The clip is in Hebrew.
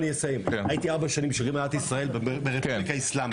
הייתי ארבע שנים שגריר מדינת ישראל ברפובליקה איסלאמית.